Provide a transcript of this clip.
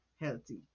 healthy